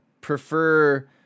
prefer